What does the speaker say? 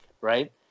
right